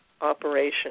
operation